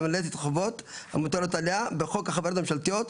מלאת החובות המוטלות עליה בחוק החברות הממשלתיות,